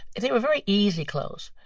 they were very easy clothes.